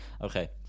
okay